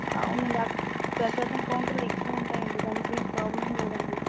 అవునండి అక్ ప్రసాదం కౌంటర్లు ఎక్కువ ఉంటాయి అండి దానికేం ప్రోబ్లమ్ లేదండి